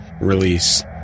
release